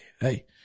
hey